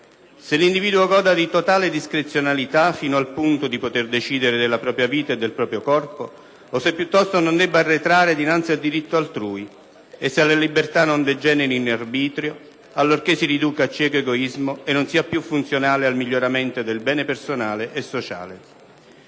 se l'individuo goda di totale discrezionalità fino al punto di poter decidere della propria vita e del proprio corpo, o se piuttosto non debba arretrare dinanzi al diritto altrui, e se la libertà non degeneri in arbitrio allorché si riduca a cieco egoismo e non sia più funzionale al miglioramento del bene personale e sociale.